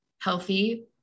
healthy